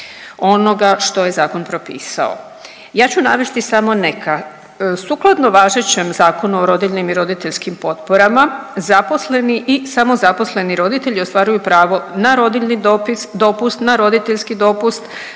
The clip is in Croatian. onoga što je zakon propisao. Ja ću navesti samo neka. Sukladno važećem Zakonu o rodiljnim i roditeljskim potporama zaposleni i samozaposleni roditelji ostvaruju pravo na rodiljni dopust, na roditeljski dopust,